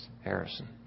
Harrison